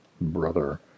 brother